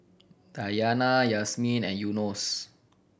Dayana Yasmin and Yunos